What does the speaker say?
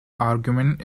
argument